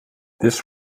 this